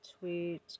tweet